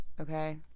okay